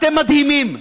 אתם מדהימים,